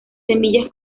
semillas